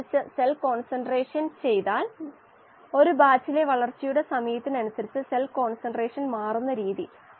അതുകൊണ്ട് അളക്കാവുന്നതോ അറിഞ്ഞതോ ആയ ഗാഢതയുടെ അടിസ്ഥാനത്തിൽ നമ്മുടെ സമവാക്യങ്ങൾ ഉണ്ടാക്കേണ്ടതുണ്ട്